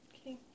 okay